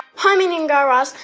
hi, mindy and guy raz.